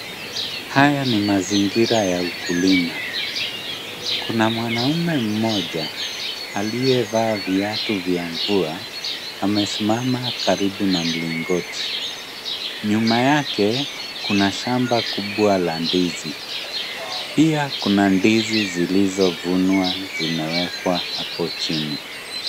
Haya ni mazingira ya ukulima. Kuna mwanamume mmoja aliyevaa viatu vya mvua amesimama karibu na mlingoti. Nyuma yake kuna shamba kubwa la ndizi. Pia kuna ndizi zilizovunwa zimewekwa hapo chini.